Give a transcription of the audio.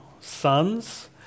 sons